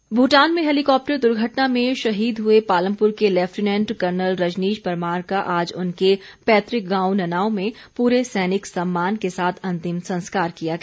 शहीद भूटान में हैलीकॉप्टर दुर्घटना में शहीद हुए पालमपुर के लैफ्टिनेंट कर्नल रजनीश परमार का आज उनके पैतृक गांव ननाओं में पूरे सैनिक सम्मान के साथ अंतिम संस्कार किया गया